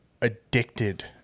addicted